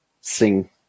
sing